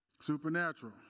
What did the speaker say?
Supernatural